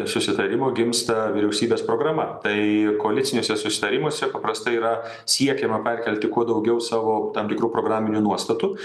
susitarimo gimsta vyriausybės programa tai koaliciniuose susitarimuose paprastai yra siekiama perkelti kuo daugiau savo tam tikrų programinių nuostatų